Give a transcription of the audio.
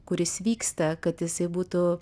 kuris vyksta kad jisai būtų